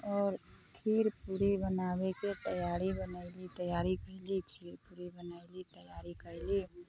आओर खीर पूरी बनाबेके तैयारी बनैली तैयारी कैली खीर पूरी बनैली तैयारी कैली